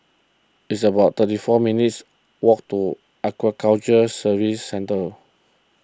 it's about thirty four minutes' walk to Aquaculture Services Centre